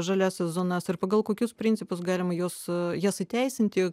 žaliąsias zonas ir pagal kokius principus galima juos jas įteisinti